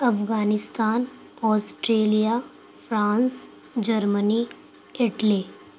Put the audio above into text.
Afghanistan Australia France Germany Italy